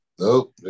Nope